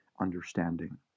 understanding